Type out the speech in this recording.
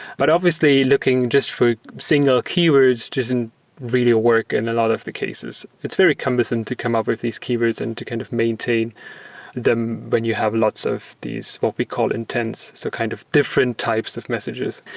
but obviously, looking just for single keywords doesn't really work in a lot of the cases. it's very cumbersome to come up with these keywords and to kind of maintain them when you have lots of these what we call intense, so kind of different types of messages.